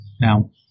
Now